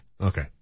Okay